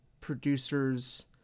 producers